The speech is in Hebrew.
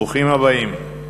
ברוכים הבאים.